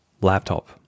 Laptop